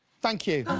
thank you.